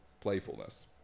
playfulness